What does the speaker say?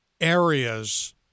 areas